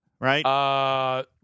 right